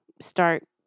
start